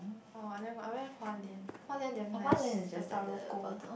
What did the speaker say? orh I never go I went Hualien Hualien damn nice the Taroko